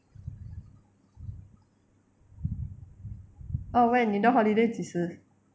oh when 你的 holiday 几时